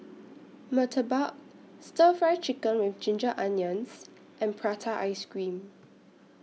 Murtabak Stir Fry Chicken with Ginger Onions and Prata Ice Cream